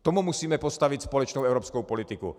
Tomu musíme postavit společnou evropskou politiku.